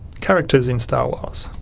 characters in star wars,